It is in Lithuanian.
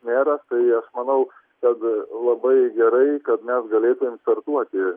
meras tai aš manau kad labai gerai kad mes galėtumėm startuoti